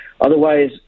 Otherwise